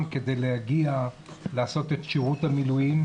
כדי להגיע לעשות את שירות המילואים,